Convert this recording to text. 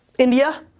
india.